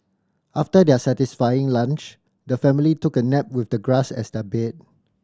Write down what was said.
after their satisfying lunch the family took a nap with the grass as their bed